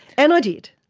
and i did.